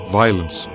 violence